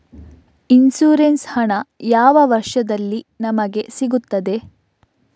Insurance ಹಣ ಯಾವ ವರ್ಷದಲ್ಲಿ ನಮಗೆ ಸಿಗುತ್ತದೆ?